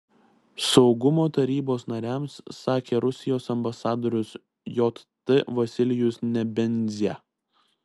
saugumo tarybos nariams sakė rusijos ambasadorius jt vasilijus nebenzia